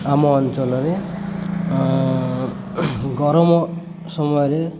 ଆମ ଅଞ୍ଚଳରେ ଗରମ ସମୟରେ